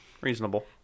Reasonable